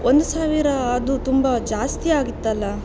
ಒಂದು ಸಾವಿರ ಅದು ತುಂಬ ಜಾಸ್ತಿಯಾಗುತ್ತಲ್ಲಾ